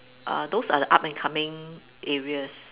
uh those are the up and coming areas